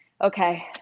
okay